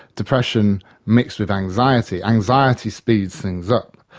depression mixed with anxiety, anxiety speeds things up.